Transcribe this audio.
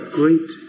great